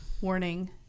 warning